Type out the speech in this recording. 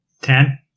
Ten